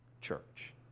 church